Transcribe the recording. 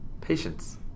Patience